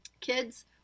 kids